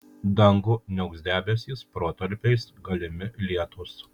dangų niauks debesys protarpiais galimi lietūs